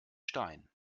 stein